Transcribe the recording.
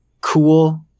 cool